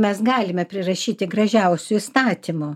mes galime prirašyti gražiausių įstatymų